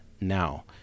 now